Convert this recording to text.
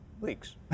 leaks